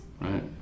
Right